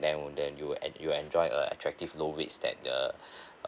then would the you would you enjoy uh attractive low rates that err